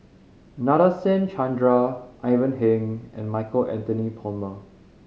Nadasen Chandra Ivan Heng and Michael Anthony Palmer